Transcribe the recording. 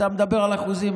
אתה מדבר על אחוזים.